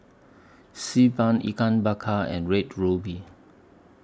Xi Ban Ikan Bakar and Red Ruby